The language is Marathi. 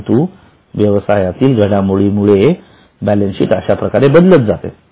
परंतु व्यवसायातील घडामोडीमुळे बॅलन्सशीट अश्याप्रकारे बदलत जाते